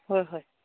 ꯍꯣꯏ ꯍꯣꯏ